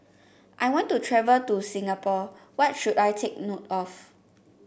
I want to travel to Singapore what should I take note of